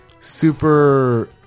super